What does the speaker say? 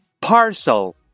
Parcel